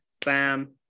Bam